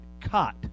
cut